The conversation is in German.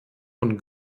von